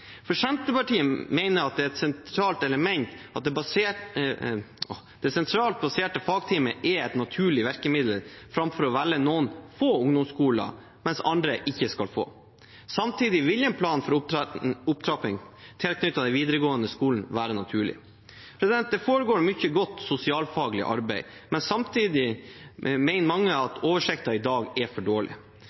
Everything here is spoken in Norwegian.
Senterpartiet mener det sentralt baserte fagteamet er et naturlig virkemiddel framfor å velge noen få ungdomsskoler, mens andre ikke skal få. Samtidig vil en plan for opptrapping tilknyttet den videregående skolen være naturlig. Det foregår mye godt sosialfaglig arbeid, men samtidig mener mange at oversikten i dag er for dårlig.